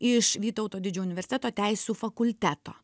iš vytauto didžiojo universiteto teisių fakulteto